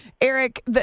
Eric